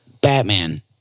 Batman